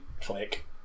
Click